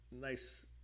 Nice